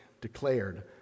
declared